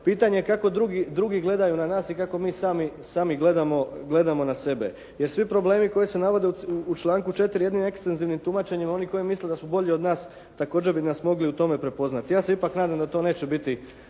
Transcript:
pitanje je kako drugi gledaju na nas i kako mi sami gledamo na sebe. Jer svi problemi koji se navode u članku 4. jednim ekstenzivnim tumačenjem oni koji misle da su bolji od nas također bi nas mogli u tome prepoznati. Ja se ipak nadam da to neće biti